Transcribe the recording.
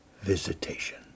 visitation